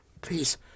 please